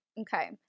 Okay